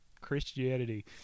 Christianity